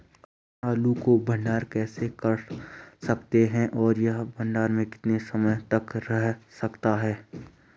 आलू को भंडारण कैसे कर सकते हैं और यह भंडारण में कितने समय तक रह सकता है?